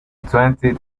twenty